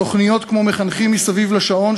תוכניות כמו "מחנכים מסביב לשעון",